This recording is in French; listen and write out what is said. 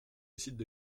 décident